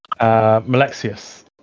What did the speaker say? Malexius